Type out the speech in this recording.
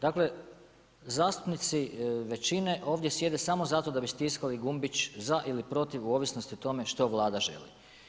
Dakle, zastupnici većine ovdje sjede samo zato da bi stiskali gumbić za ili protiv u ovisnosti o tome što Vlada želi.